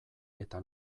eta